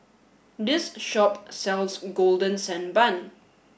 this shop sells Golden Sand Bun